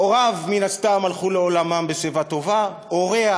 הוריו מן הסתם הלכו לעולמם בשיבה טובה, הוריה